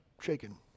shaken